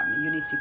unity